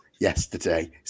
yesterday